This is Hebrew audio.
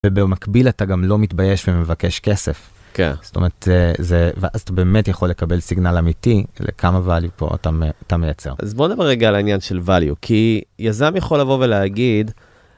ובמקביל אתה גם לא מתבייש ומבקש כסף. כן. זאת אומרת, זה, ואז אתה באמת יכול לקבל סיגנל אמיתי לכמה value פה אתה מייצר. אז בואו נברגע על העניין של value, כי יזם יכול לבוא ולהגיד,